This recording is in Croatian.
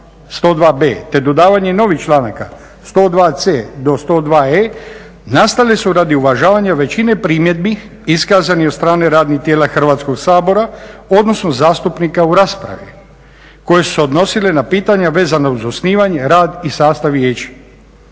102.b te dodavanje novih članaka 102.c do 102.e nastale su radi uvažavanja većine primjedbi iskazane od strane radnih tijela Hrvatskog sabora odnosno zastupnika u raspravi koje su se odnosile na pitanja vezana uz osnivanje, rad i sastav vijeća.